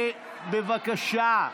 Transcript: בבקשה.